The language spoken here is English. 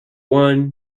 won